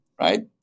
right